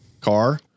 car